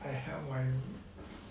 I help my